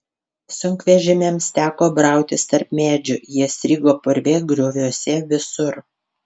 sunkvežimiams teko brautis tarp medžių jie strigo purve grioviuose visur